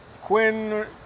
Quinn